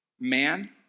man